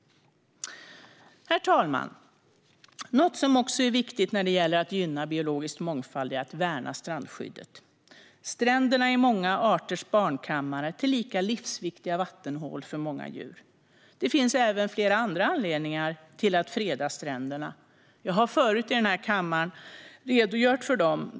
Herr talman! Något som också är viktigt när det gäller att gynna biologisk mångfald är att värna strandskyddet. Stränderna är många arters barnkammare, tillika livsviktiga vattenhål för många djur. Det finns även flera andra anledningar att freda stränderna - jag har förut vid flera tillfällen i den här kammaren redogjort för dem.